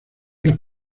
las